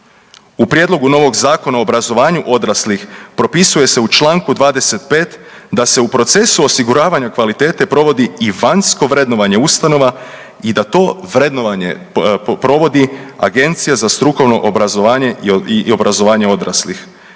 U prijedlogu novog Zakona o obrazovanju odraslih propisuje se u čl. 25. da se u procesu osiguravanja kvalitete provodi i vanjsko vrednovanje ustanova i da to vrednovanje provodi Agencija za strukovno obrazovanje i obrazovanje odraslih.